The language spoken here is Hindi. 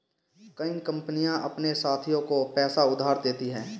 कई कंपनियां अपने साथियों को पैसा उधार देती हैं